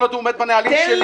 כל עוד הוא עומד בנהלים שלי.